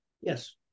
yes